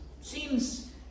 seems